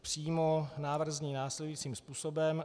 Přímo návrh zní následujícím způsobem.